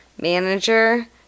manager